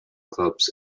clubs